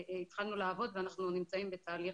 התחלנו לעבוד ואנחנו נמצאים בתהליך.